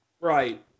Right